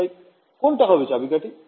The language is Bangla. তাই কোনটা হবে চাবিকাঠি